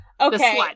Okay